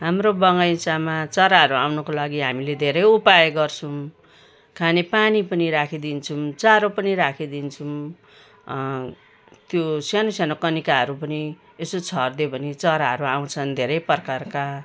हाम्रो बगैँचामा चराहरू आउनको लागि हामीले धेरै उपाय गर्छौँ खाने पानी पनि राखिदिन्छौँ चारो पनि राखिदिन्छौँ त्यो साानो सानो कनिकाहरू पनि यसो छरिदियो भने चराहरू आउँछन् धेरै प्रकारका